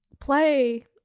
play